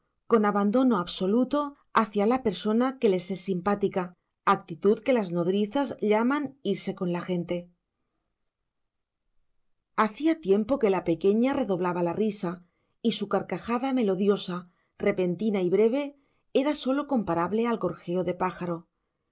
con abandono absoluto hacia la persona que les es simpática actitud que las nodrizas llaman irse con la gente hacía tiempo que la pequeña redoblaba la risa y su carcajada melodiosa repentina y breve era sólo comparable a gorjeo de pájaro